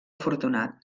afortunat